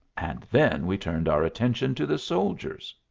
and then we turned our attention to the soldiers.